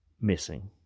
missing